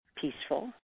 peaceful